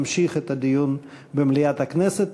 נמשיך את הדיון במליאת הכנסת.